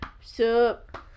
sup